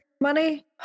money